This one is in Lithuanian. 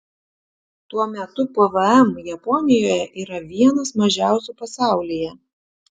tuo metu pvm japonijoje yra vienas mažiausių pasaulyje